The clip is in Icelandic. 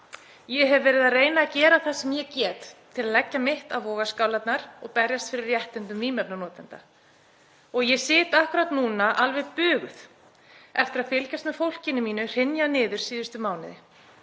„Ég hef verið að reyna að gera það sem ég get til að leggja mitt á vogarskálarnar og berjast fyrir réttindum vímuefnanotenda. Ég sit akkúrat núna alveg buguð eftir að fylgjast með fólkinu mínu hrynja niður síðustu mánuði.